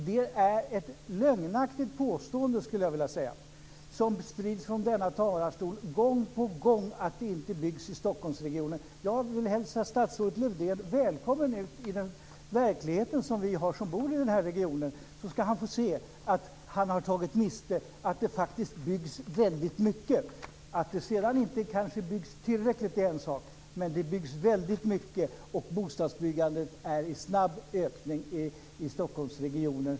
Det är ett lögnaktigt påstående, skulle jag vilja säga, som sprids från denna talarstol gång på gång om att det inte byggs i Stockholmsregionen. Jag vill hälsa statsrådet Lövdén välkommen ut i den verklighet som vi har som bor i denna region, så ska han få se att han har tagit miste och att det faktiskt byggs väldigt mycket. Att det sedan kanske inte byggs tillräckligt är en sak, men det byggs väldigt mycket, och bostadsbyggandet ökar snabbt i Stockholmsregionen.